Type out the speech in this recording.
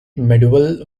medieval